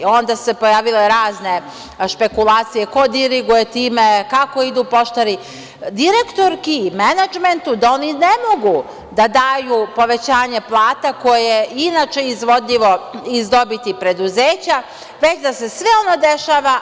Onda su se pojavile razne špekulacije ko diriguje time, kako idu poštari, direktorki, menadžmentu, da oni ne mogu da daju povećanje plata koje je inače izvodljivo iz dobiti preduzeća, već da se sve ovo dešava.